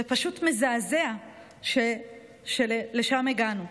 זה פשוט מזעזע שלשם הגענו.